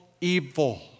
evil